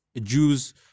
Jew's